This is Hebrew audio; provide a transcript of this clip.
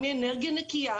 מאנרגיה נקייה,